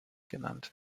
genannt